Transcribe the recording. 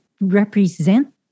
represent